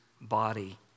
body